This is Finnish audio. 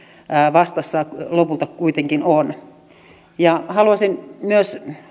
vastassa lopulta kuitenkin on haluaisin myös